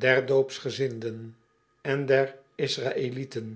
der oopsgezinden en der sraëlieten